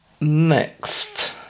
Next